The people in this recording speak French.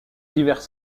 divers